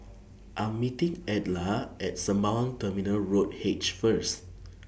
I Am meeting Edla At Sembawang Terminal Road H First